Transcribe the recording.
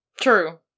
True